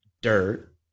dirt